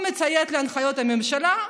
הוא מציית להנחיות הממשלה,